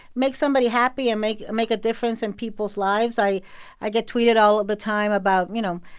make somebody happy and make make a difference in people's lives. i i get tweeted all of the time about, you know,